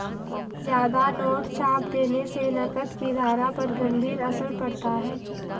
ज्यादा नोट छाप देने से नकद की धारा पर गंभीर असर पड़ता है